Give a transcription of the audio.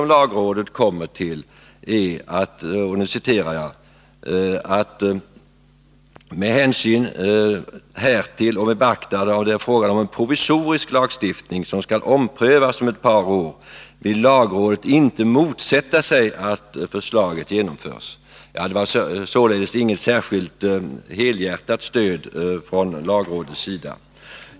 Lagrådet kommer fram till följande slutsats: ”Med hänsyn härtill och med beaktande av att det är fråga om en provisorisk lagstiftning, som skall omprövas om ett par år, vill lagrådet inte motsätta sig att förslaget genomförs.” Det var således inte fråga om något helhjärtat stöd från lagrådets sida.